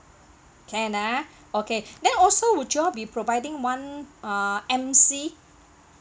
can ah okay then also would y'all be providing one uh emcee